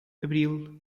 abril